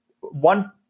one